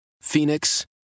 Phoenix